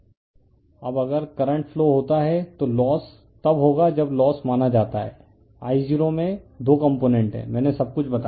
refer slide time 2613 अब अगर current flow होता है तो लोस तब होगा जब लोस माना जाता है I0 में 2 कंपोनेंट हैं मैंने सब कुछ बताया